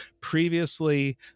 Previously